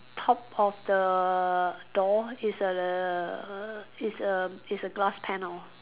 top of the door is a is a is a glass panel